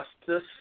justice